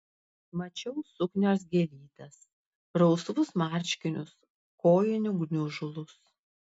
mačiau suknios gėlytes rausvus marškinius kojinių gniužulus